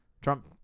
Trump